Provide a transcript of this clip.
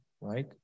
right